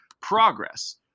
progress